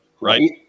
Right